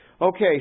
Okay